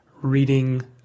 reading